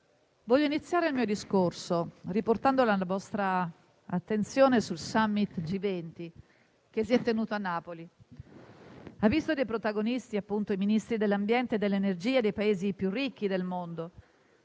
voglio iniziare il mio discorso riportando la vostra attenzione sul *summit* G20 che si è tenuto a Napoli, che ha visto protagonisti i Ministri dell'ambiente e dell'energia dei Paesi più ricchi del mondo.